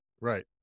Right